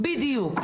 בדיוק.